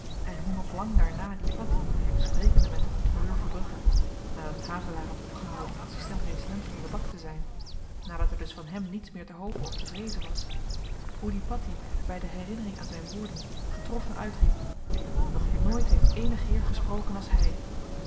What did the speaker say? en hoe nog lang daarna die patteh sprekende met den kontroleur verbrugge nadat havelaar had opgehouden adsistent resident van lebak te zyn nadat er dus van hem niets meer te hopen of te vreezen was hoe die patteh by de herinnering aan zyn woorden getroffen uitriep nog nooit heeft eenig heer gesproken als hy